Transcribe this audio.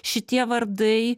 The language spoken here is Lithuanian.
šitie vardai